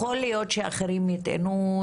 יכול להיות שאחרים יטענו,